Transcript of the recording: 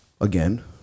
Again